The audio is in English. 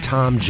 Tom